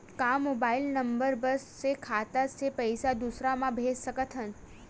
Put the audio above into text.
का mobile number बस से खाता से पईसा दूसरा मा भेज सकथन?